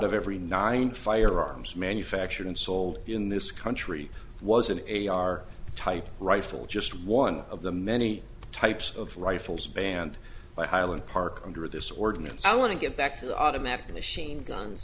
of every nine firearms manufactured and sold in this country was an a r type rifle just one of the many types of rifles banned by highland park under this ordinance i want to get back to the automatic machine guns